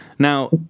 Now